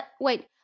Wait